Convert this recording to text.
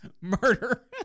murder